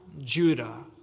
Judah